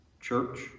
church